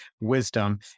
wisdom